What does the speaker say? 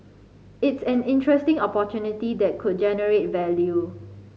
it's an interesting opportunity that could generate value